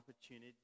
opportunity